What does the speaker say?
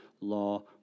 law